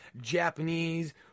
Japanese